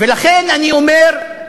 ולכן אני אומר: